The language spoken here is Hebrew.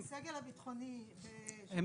להשוות אותם לכל הסגל --- במדינה,